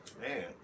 Man